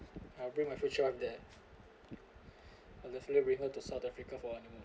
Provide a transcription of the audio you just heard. I'll bring my future wife there I will definitely bring her to south africa for honeymoon